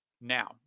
Now